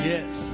Yes